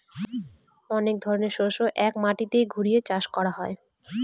অনেক ধরনের শস্য এক মাটিতে ঘুরিয়ে চাষ করা হয়